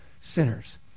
sinners